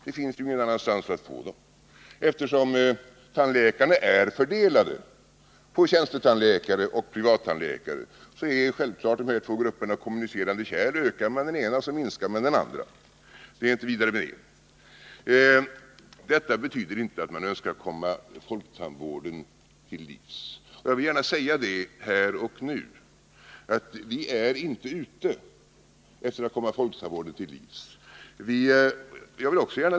Det finns ju ingen annanstans att få dem ifrån, eftersom tandläkarna är fördelade på tjänstetandläkare och privattandläkare. Självfallet är därför dessa grupper kommunicerande kärl — ökar man den ena, så minskar den andra. Det är inte vidare med det. Jag vill här och nu gärna poängtera att vi inte är ute efter att komma folktandvården till livs.